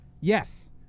yes